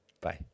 Bye